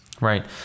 right